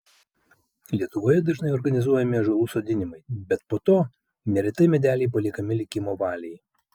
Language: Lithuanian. lietuvoje dažnai organizuojami ąžuolų sodinimai bet po to neretai medeliai paliekami likimo valiai